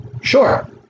Sure